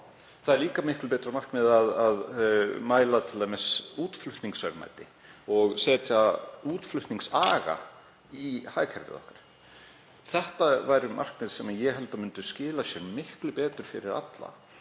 Það er líka miklu betra markmið að mæla t.d. útflutningsverðmæti og setja útflutningsaga í hagkerfið okkar. Þetta væru markmið sem ég held að myndu skila sér miklu betur fyrir alla.